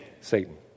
Satan